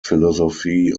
philosophy